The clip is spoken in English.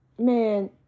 Man